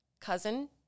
Cousin